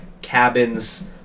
Cabins